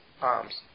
arms